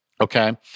okay